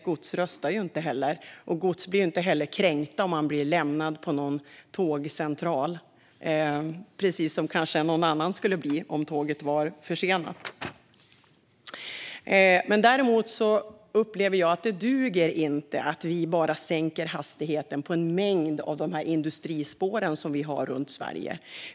Gods röstar ju inte heller och blir inte kränkt om det blir lämnat på någon tågcentral, som kanske någon annan skulle bli om tåget var försenat. Men det duger inte att vi bara sänker hastigheten på en mängd av de industrispår vi har runt Sverige.